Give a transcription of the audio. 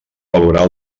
valorar